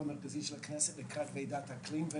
המרכזי של הכנסת לקראת ועידת האקלים,